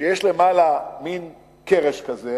שיש למעלה מין קרש כזה,